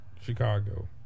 Chicago